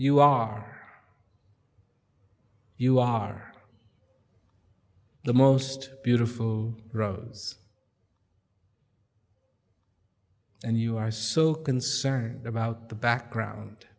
you are you are the most beautiful roads and you are so concerned about the background